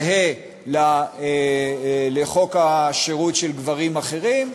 זהה לחוק השירות של גברים אחרים,